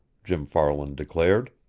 jim farland declared.